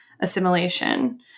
assimilation